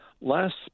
last